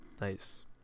nice